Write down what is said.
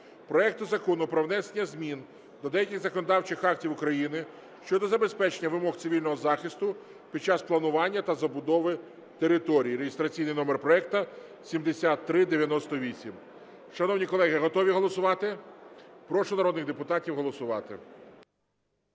проекту Закону про внесення змін до деяких законодавчих актів України щодо забезпечення вимог цивільного захисту під час планування та забудови територій (реєстраційний номер проекту 7398). Шановні колеги, готові голосувати? Прошу народних депутатів голосувати.